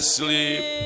sleep